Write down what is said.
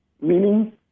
meaning